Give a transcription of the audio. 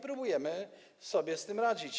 Próbujemy sobie z tym radzić.